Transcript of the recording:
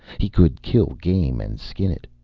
he could kill game and skin it.